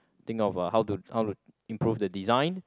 think of uh how to how to improve the design